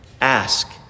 ask